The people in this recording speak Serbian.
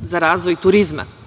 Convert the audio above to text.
za razvoj turizma.